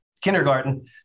kindergarten